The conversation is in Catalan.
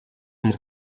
amb